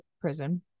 prison